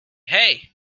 hey